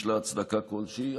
יש לה הצדקה כלשהי.